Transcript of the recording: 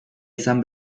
izan